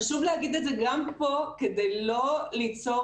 חשוב להגיד את זה גם פה כדי לא ליצור